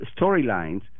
storylines